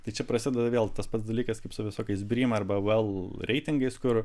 tai čia prasideda vėl tas pats dalykas kaip su visokiais brym arba vel reitingais kur